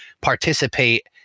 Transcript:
participate